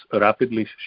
rapidly